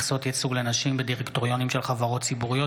מכסות ייצוג לנשים בדירקטוריונים של חברות ציבוריות),